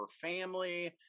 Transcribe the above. family